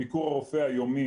ביקור רופא יומי,